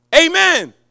amen